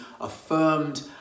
affirmed